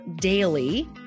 daily